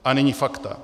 A nyní fakta.